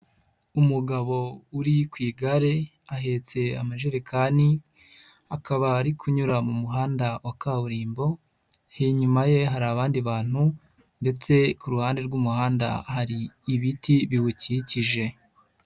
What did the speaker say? Umugabo uri ku igare ahetse amajerekani akaba ari kunyura mu muhanda wa kaburimbo, inyuma ye hari abandi bantu ndetse ku ruhande rw'umuhanda hari ibiti biwukikije.